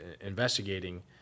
investigating